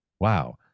Wow